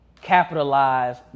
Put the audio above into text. capitalize